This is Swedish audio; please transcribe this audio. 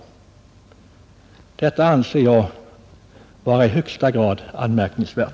Att så inte skedde anser jag vara i högsta grad anmärkningsvärt.